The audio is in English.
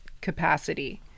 capacity